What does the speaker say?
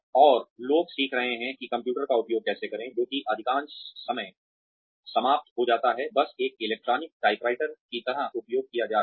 और लोग सीख रहे हैं कि कंप्यूटर का उपयोग कैसे करें जो कि अधिकांश समय समाप्त हो जाता है बस एक इलेक्ट्रॉनिक टाइपराइटर की तरह उपयोग किया जा रहा है